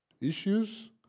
issues